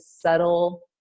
subtle